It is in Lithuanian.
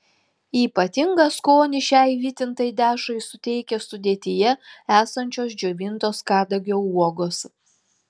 ypatingą skonį šiai vytintai dešrai suteikia sudėtyje esančios džiovintos kadagio uogos